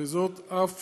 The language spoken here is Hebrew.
וזאת אף